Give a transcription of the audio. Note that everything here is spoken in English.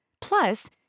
Plus